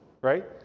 Right